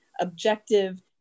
objective